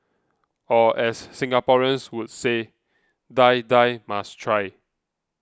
or as Singaporeans would say Die Die must try